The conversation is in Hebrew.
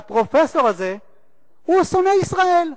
והפרופסור הזה הוא שונא ישראל.